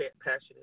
passionate